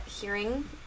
hearing